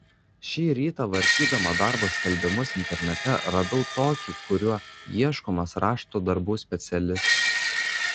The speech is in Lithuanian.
šį rytą vartydama darbo skelbimus internete radau tokį kuriuo ieškomas rašto darbų specialistas